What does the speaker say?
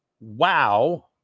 wow